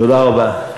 תודה רבה.